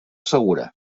segura